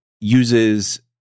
uses